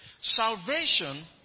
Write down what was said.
Salvation